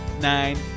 nine